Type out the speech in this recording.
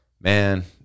man